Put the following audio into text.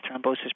thrombosis